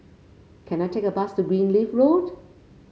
can I take a bus to Greenleaf Road